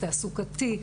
תעסוקתי,